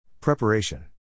Preparation